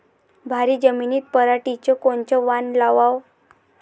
भारी जमिनीत पराटीचं कोनचं वान लावाव?